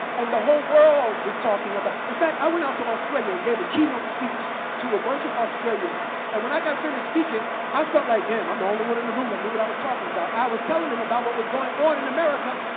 and the whole world is talking about in fact, i went out to australia and gave a keynote speech to a bunch of australians. and when i got finished speaking, i felt like, damn, i'm the only one in the room that knew what i was talking about. i was telling them about what was going on in america.